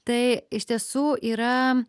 tai iš tiesų yra